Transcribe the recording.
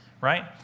right